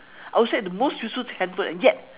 I will say the most useful handphone and yet